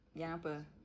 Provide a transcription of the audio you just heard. yang apa